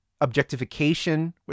objectification